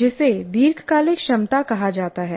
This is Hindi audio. जिसे दीर्घकालिक क्षमता कहा जाता है